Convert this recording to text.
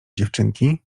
dziewczynki